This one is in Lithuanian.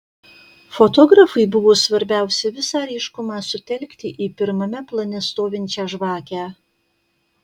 fotografui buvo svarbiausia visą ryškumą sutelkti į pirmame plane stovinčią žvakę